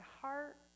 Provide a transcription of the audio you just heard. heart